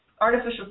artificial